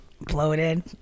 Bloated